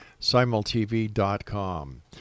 Simultv.com